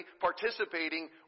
participating